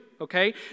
okay